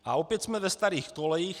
A opět jsme ve starých kolejích.